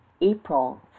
April